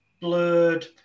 blurred